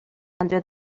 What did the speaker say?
under